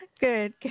Good